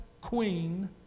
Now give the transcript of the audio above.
queen